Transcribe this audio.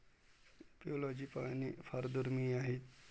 apiology पाहणे फार दुर्मिळ आहे